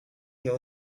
you